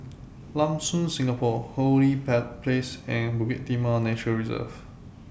Lam Soon Singapore Hong Lee Place and Bukit Timah Nature Reserve